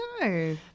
No